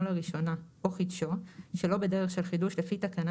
לראשונה או חידשו שלא בדרך של חידוש לפי תקנה